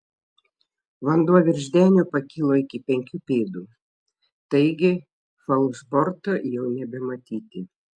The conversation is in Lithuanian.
vanduo virš denio pakilo iki penkių pėdų taigi falšborto jau nebematyti